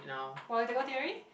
political theory